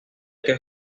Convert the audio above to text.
que